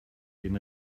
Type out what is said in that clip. den